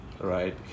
right